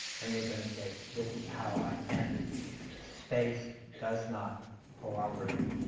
and you're gonna say, this is how i end space does not cooperate.